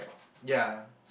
ya